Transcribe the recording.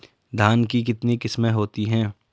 धान की कितनी किस्में होती हैं?